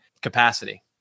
capacity